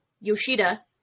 Yoshida